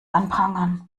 anprangern